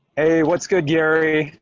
hey, what's good gary?